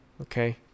Okay